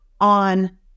on